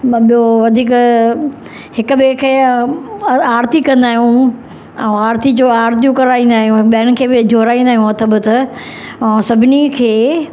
मां ॿियों वधीक हिक ॿिए खे आर्ती कंदा आहियूं ऐं आर्ती जो आर्तियूं कराईंदा आहियूं ॿेअरिनि खे बि जोड़ाईंदा आहियूं हथु वथु ऐं सभिनी खे